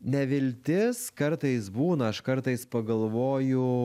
neviltis kartais būna aš kartais pagalvoju